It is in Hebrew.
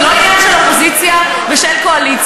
זה לא עניין של אופוזיציה ושל קואליציה.